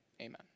amen